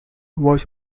was